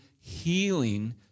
healing